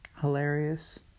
hilarious